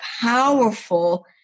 powerful